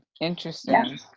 Interesting